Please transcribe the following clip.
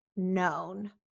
known